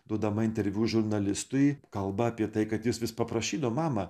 duodama interviu žurnalistui kalba apie tai kad jis vis paprašydo mamą